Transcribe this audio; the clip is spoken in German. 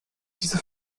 diese